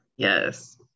Yes